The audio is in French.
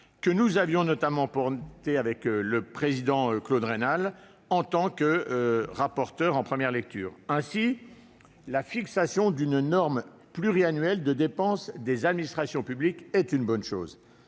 que nous avions notamment défendus, le président Claude Raynal et moi-même, en tant que rapporteurs lors de la première lecture. Ainsi, la fixation d'une norme pluriannuelle de dépenses des administrations publiques est une bonne chose.